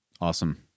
Awesome